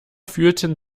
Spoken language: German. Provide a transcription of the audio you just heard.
fühlten